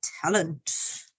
talent